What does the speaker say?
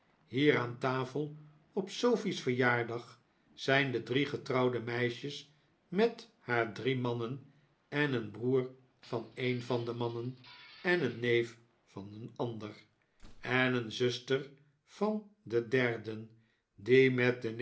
hier aan tafel op sofie's verjaardag zijn de drie getrouwde meisjes met haar drie mannen en een broer van een van de mannen en een neef van een ander en een zuster van den derden